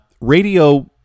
radio